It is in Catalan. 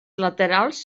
laterals